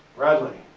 bradley.